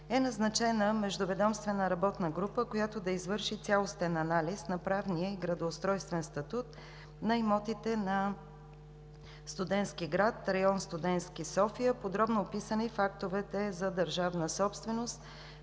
е назначена Междуведомствена работна група, която да извърши цялостен анализ на правния и градоустройствен статут на имотите на Студентски град – район Студентски, София, подробно описани в актовете за държавна собственост